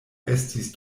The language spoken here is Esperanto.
estis